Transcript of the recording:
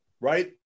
right